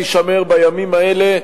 תישמר בימים האלה,